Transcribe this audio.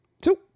two